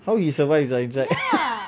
how you survive sia inside